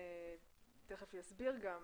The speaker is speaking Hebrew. שתיכף יסביר גם,